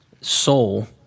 soul